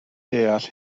deall